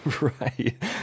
Right